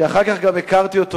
אחר כך גם הכרתי אותו.